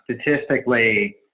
Statistically